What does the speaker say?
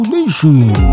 Nation